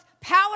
power